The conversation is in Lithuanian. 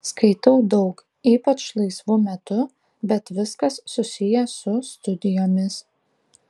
skaitau daug ypač laisvu metu bet viskas susiję su studijomis